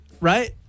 Right